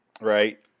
Right